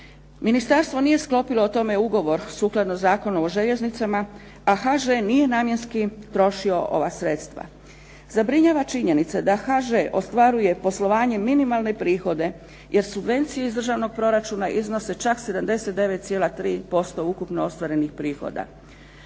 Ministarstvo nije sklopilo o tome ugovor sukladno Zakonu o željeznicama, a HŽ nije namjenski trošio ova sredstva. Zabrinjava činjenica da HŽ ostvaruje poslovanjem minimalne prihode, jer subvencije iz državnog proračuna iznose čak 79,3% ukupno ostvarenih prihoda.